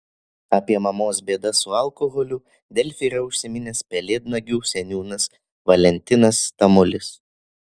apie mamos bėdas su alkoholiu delfi yra užsiminęs pelėdnagių seniūnas valentinas tamulis